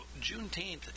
Juneteenth